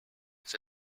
its